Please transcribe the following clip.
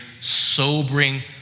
sobering